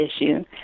issue